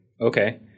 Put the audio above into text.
Okay